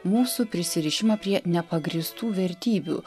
mūsų prisirišimą prie nepagrįstų vertybių